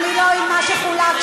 לא, מה זה לא להפריע?